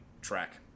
track